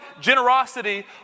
generosity